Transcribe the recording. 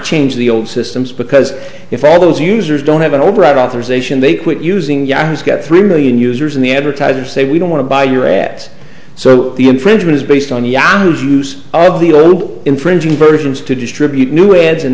change the old systems because if all those users don't have an overhead authorization they quit using yahoo's got three million users and the advertisers say we don't want to buy your ads so the infringement is based on yahoo's use of the old infringing versions to distribute new ads and